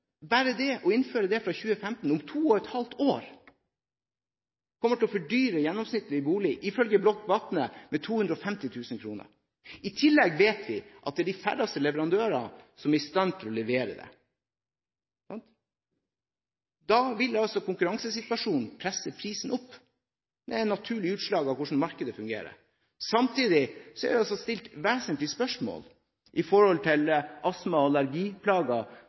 Bare det å innføre det fra 2015 – om to og et halvt år – kommer ifølge Block Watne til å fordyre en gjennomsnittsbolig med 250 000 kr. I tillegg vet vi at de færreste leverandører er i stand til å levere det. Da vil altså konkurransesituasjonen presse prisene opp. Det er et naturlig utslag av hvordan markedet fungerer. Samtidig er det stilt vesentlige spørsmål om astma- og allergiplager